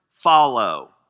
follow